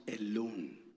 alone